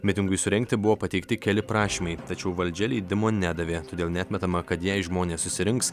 mitingui surengti buvo pateikti keli prašymai tačiau valdžia leidimo nedavė todėl neatmetama kad jei žmonės susirinks